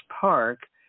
park